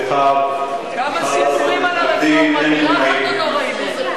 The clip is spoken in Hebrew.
אין נמנעים.